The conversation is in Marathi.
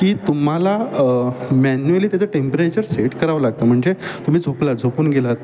की तुम्हाला मॅन्युअली त्याचं टेम्परेचर सेट करावं लागतं म्हणजे तुम्ही झोपला झोपून गेलात